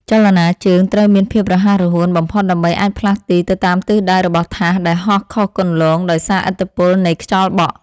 ចលនាជើងត្រូវមានភាពរហ័សរហួនបំផុតដើម្បីអាចផ្លាស់ទីទៅតាមទិសដៅរបស់ថាសដែលហោះខុសគន្លងដោយសារឥទ្ធិពលនៃខ្យល់បក់។